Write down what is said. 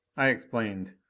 i explained,